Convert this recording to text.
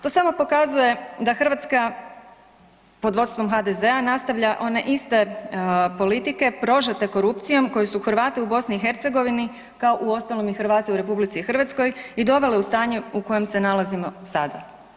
To samo pokazuje da Hrvatska pod vodstvom HDZ-a nastavlja one iste politike prožete korupcijom koje su Hrvate u BiH, kao uostalom i Hrvate u RH i dovele u stanje u kojem se nalazimo sada.